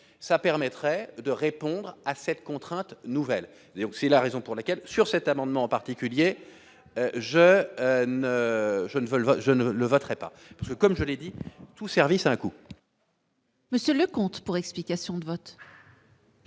ça permettrait de répondre à cette contrainte nouvelle et aussi la raison pour laquelle sur cet amendement, en particulier je ne je ne veulent voter, je ne le voterai pas, parce que comme je l'ai dit tout service a un coût. Monsieur Leconte pour explication de vote.